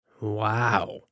Wow